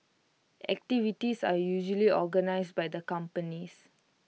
activities are usually organised by the companies